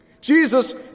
Jesus